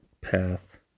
path